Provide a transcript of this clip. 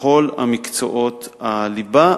בכל מקצועות הליבה.